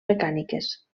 mecàniques